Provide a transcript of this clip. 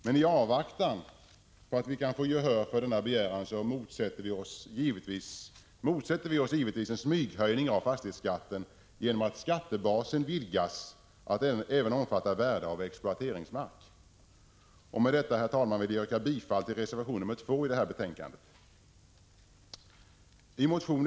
I avvaktan på att vi kan få gehör för denna begäran, motsätter vi oss givetvis en smyghöjning av fastighetsskatten genom att skattebasen vidgas till att även omfatta värde av exploateringsmark. Med detta vill jag, herr talman, yrka bifall till reservation 2 i betänkande 44.